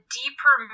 deeper